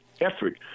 effort